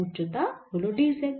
উচ্চতা হল d z